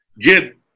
get